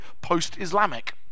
post-Islamic